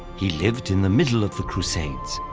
he lived in the middle of the crusades,